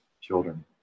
children